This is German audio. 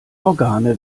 organe